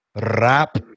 wrap